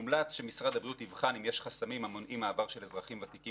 מומלץ שמשרד הבריאות יבחן אם יש חסמים המונעים מעבר של אזרחים ותיקים